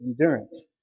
endurance